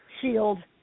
shield